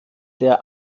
der